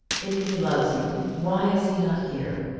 if he loves you, why is he not here?